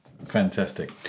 fantastic